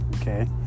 Okay